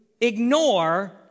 ignore